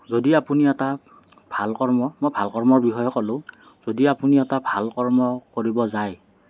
যদি আপুনি এটা ভাল কৰ্ম মই ভাল কৰ্মৰ বিষয়ে ক'লোঁ যদি আপুনি এটা ভাল কৰ্ম কৰিব যায়